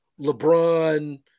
LeBron